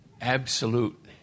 absolute